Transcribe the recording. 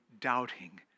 doubting